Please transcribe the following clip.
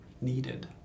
needed